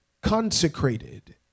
consecrated